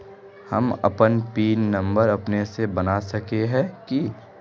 हम अपन pin number अपने से बना सके है की?